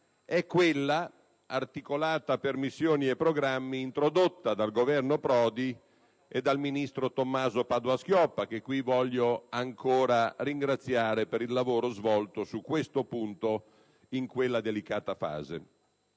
è quella articolata per missioni e programmi introdotta dal Governo Prodi e dal ministro Tommaso Padoa-Schioppa, che qui voglio ancora ringraziare per il lavoro svolto su questo punto in quella delicata fase.